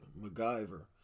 MacGyver